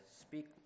Speak